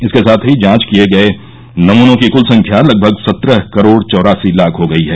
इसके साथ ही जांच किए गए नमूनों की कुल संख्या लगभग सत्रह करोड़ चौरासी लाख हो गई है